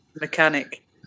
mechanic